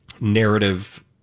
narrative